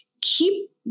keep